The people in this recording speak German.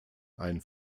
ein